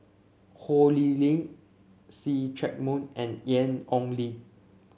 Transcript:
Ho Lee Ling See Chak Mun and Ian Ong Li